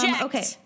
Okay